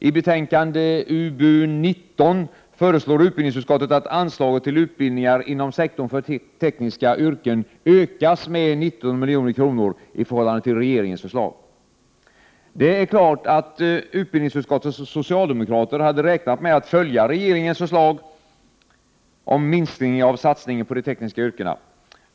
I betänkande UbU19 föreslår utbildningsutskottet att anslaget till utbildningar inom sektorn för tekniska yrken ökas med 19 milj.kr. i förhållande till regeringens förslag. Det är klart att utbildningsutskottets socialdemokrater hade räknat med att följa regeringens förslag om minskning av satsningen på de tekniska yrkena.